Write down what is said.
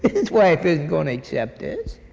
his wife isn't gonna accept this.